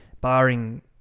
barring